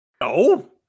No